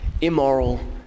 Immoral